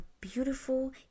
beautiful